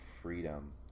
freedom